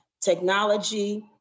technology